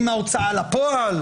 עם ההוצאה לפועל,